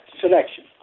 selection